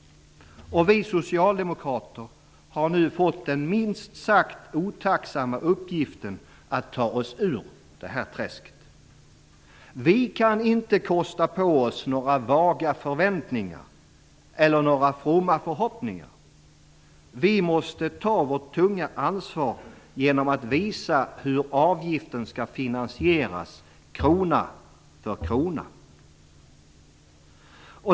Vi socialdemokrater har nu fått den minst sagt otacksamma uppgiften att ta oss ur detta träsk. Vi kan inte kosta på oss några vaga förväntningar eller några fromma förhoppningar. Vi måste ta vårt tunga ansvar genom att visa hur avgiften skall finansieras - krona för krona.